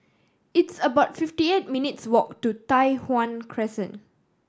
it's about fifty eight minutes' walk to Tai Hwan Crescent